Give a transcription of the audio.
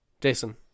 jason